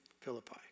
Philippi